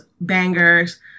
bangers